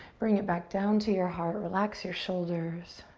bring it back down to your heart. relax your shoulders,